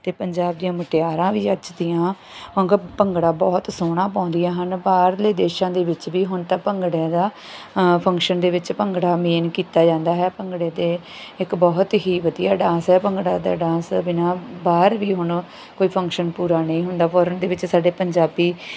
ਅਤੇ ਪੰਜਾਬ ਦੀਆਂ ਮੁਟਿਆਰਾਂ ਵੀ ਅੱਜ ਦੀਆਂ ਗ ਭੰਗੜਾ ਬਹੁਤ ਸੋਹਣਾ ਪਾਉਂਦੀਆਂ ਹਨ ਬਾਹਰਲੇ ਦੇਸ਼ਾਂ ਦੇ ਵਿੱਚ ਵੀ ਹੁਣ ਤਾਂ ਭੰਗੜੇ ਦਾ ਫੰਕਸ਼ਨ ਦੇ ਵਿੱਚ ਭੰਗੜਾ ਮੇਨ ਕੀਤਾ ਜਾਂਦਾ ਹੈ ਭੰਗੜੇ ਤਾਂ ਇੱਕ ਬਹੁਤ ਹੀ ਵਧੀਆ ਡਾਂਸ ਹੈ ਭੰਗੜਾ ਦਾ ਡਾਂਸ ਬਿਨਾਂ ਬਾਹਰ ਵੀ ਹੁਣ ਕੋਈ ਫੰਕਸ਼ਨ ਪੂਰਾ ਨਹੀਂ ਹੁੰਦਾ ਫੋਰਨ ਦੇ ਵਿੱਚ ਸਾਡੇ ਪੰਜਾਬੀ